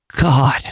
God